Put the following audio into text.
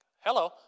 hello